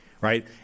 right